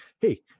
Hey